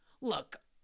Look